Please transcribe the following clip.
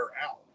out